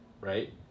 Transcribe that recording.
right